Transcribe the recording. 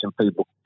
people